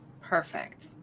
Perfect